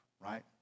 right